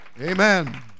amen